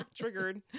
Triggered